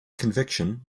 conviction